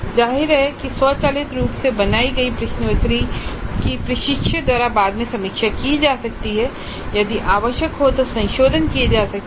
जाहिर है कि स्वचालित रूप से बनाई गई प्रश्नोत्तरी की प्रशिक्षक द्वारा बाद में समीक्षा की जा सकती है और यदि आवश्यक हो तो संशोधन किए जा सकते हैं